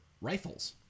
rifles